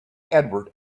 edward